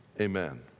Amen